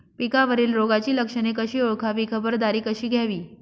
पिकावरील रोगाची लक्षणे कशी ओळखावी, खबरदारी कशी घ्यावी?